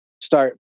start